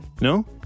No